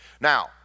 Now